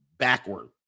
Backward